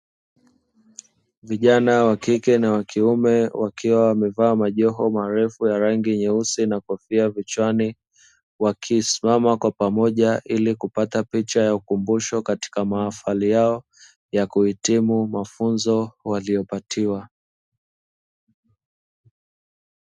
Vijana wa kike na wa kiume wakiwa wamevaa majoho marefu ya rangi nyeusi na kofia vichwani, wakisimama kwa pamoja ili kupata picha ya ukumbusho katika mahafali yao ya kuhitimu mafunzo waliopatiwa.